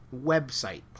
website